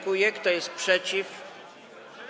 Kto jest przeciw?